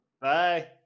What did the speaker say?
Bye